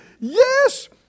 Yes